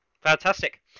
Fantastic